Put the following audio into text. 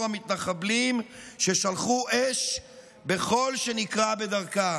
המתנחבלים ששלחו אש בכל שנקרה בדרכם.